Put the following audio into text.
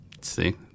See